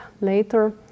later